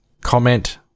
comment